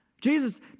Jesus